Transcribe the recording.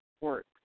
works